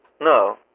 No